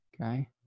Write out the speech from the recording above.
okay